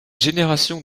générations